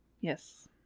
Yes